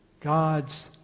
God's